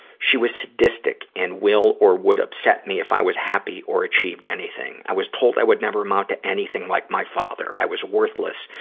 she was sadistic and will or would upset if i was happy or achieved anything. i was told i would never amount to anything like my father. i was worthless,